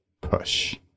push